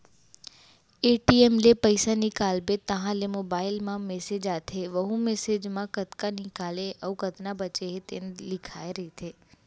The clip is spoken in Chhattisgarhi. ए.टी.एम ले पइसा निकालबे तहाँ ले मोबाईल म मेसेज आथे वहूँ मेसेज म कतना निकाले अउ कतना बाचे हे तेन लिखाए रहिथे